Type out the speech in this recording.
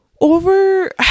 over